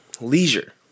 leisure